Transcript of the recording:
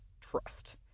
Trust